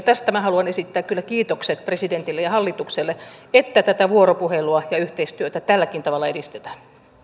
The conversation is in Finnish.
tästä minä haluan esittää kyllä kiitokset presidentille ja hallitukselle että tätä vuoropuhelua ja yhteistyötä tälläkin tavalla edistetään